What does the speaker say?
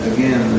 Again